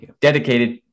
dedicated